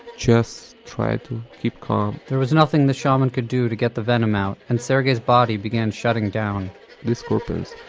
just try to keep calm there was nothing the shaman could do to get the venom out, and sergey's body began shutting down this scorpions,